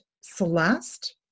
Celeste